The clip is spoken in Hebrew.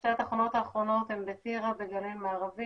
שתי התחנות האחרונות הן בטירה ובגליל מערבי,